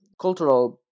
cultural